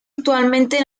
actualmente